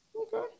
Okay